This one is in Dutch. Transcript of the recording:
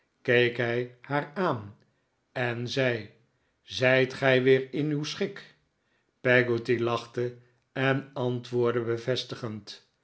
keek hij haar aan en zei zijt gij weer in uw schik peggotty lachte en antwoordde bevestigend